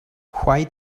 why